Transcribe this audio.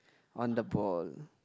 on the ball